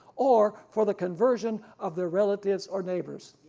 or for the conversion of their relatives or neighbors.